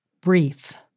brief